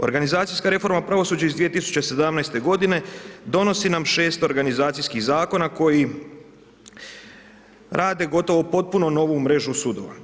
Organizacijska reforma pravosuđa iz 2017. godine donosi nam 6 organizacijskih zakona koji rade gotovo potpuno novu mrežu sudova.